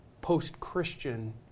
post-Christian